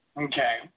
Okay